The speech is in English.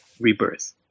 rebirth